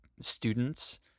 Students